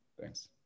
Thanks